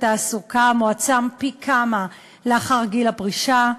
התעסוקה מועצם פי כמה לאחר גיל הפרישה.